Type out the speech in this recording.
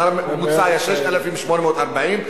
הממוצע היה 6,840,